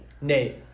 Nate